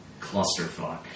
clusterfuck